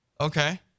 Okay